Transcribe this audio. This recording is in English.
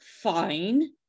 fine